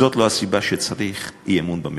זאת לא הסיבה שצריך אי-אמון בממשלה.